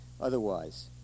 otherwise